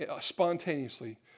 spontaneously